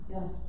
Yes